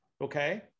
Okay